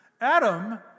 Adam